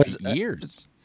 years